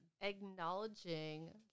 Acknowledging